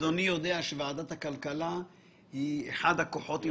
אדוני יודע שוועדת הכלכלה היא אחד הכוחות,